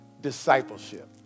Discipleship